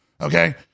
okay